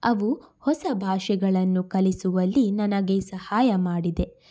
ಅವು ಹೊಸ ಭಾಷೆಗಳನ್ನು ಕಲಿಸುವಲ್ಲಿ ನನಗೆ ಸಹಾಯ ಮಾಡಿದೆ